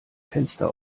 fenster